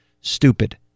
stupid